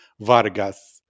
Vargas